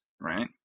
right